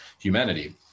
humanity